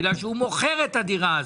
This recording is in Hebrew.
כי הוא מוכר את הדירה הזו,